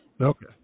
Okay